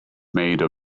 made